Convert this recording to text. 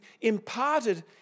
imparted